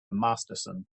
masterson